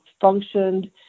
functioned